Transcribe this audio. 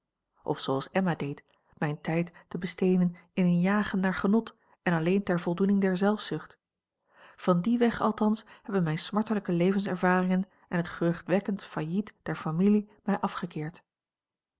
of zooals emma deed mijn tijd te besteden in een jagen naar genot en alleen ter voldoening der zelfzucht van dien weg althans hebben mijne smartelijke levenservaringen en het geruchtwekkend failliet der familie mij afgekeerd